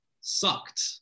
sucked